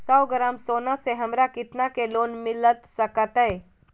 सौ ग्राम सोना से हमरा कितना के लोन मिलता सकतैय?